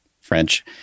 French